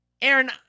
aaron